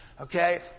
Okay